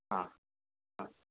हा हा